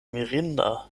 mirinda